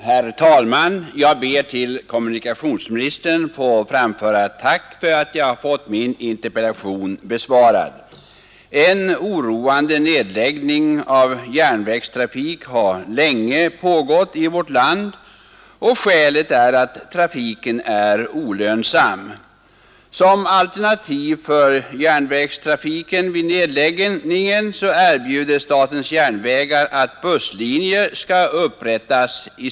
Herr talman! Jag ber att till kommunikationsministern få framföra ett tack för att jag har fått min interpellation besvarad. En oroande nedläggning av järnvägstrafik har länge pågått i vårt land, och skälet är att trafiken är olönsam. Som ersättning för järnvägstrafiken vid nedläggning erbjuder SJ att busslinjer skall upprättas.